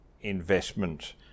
investment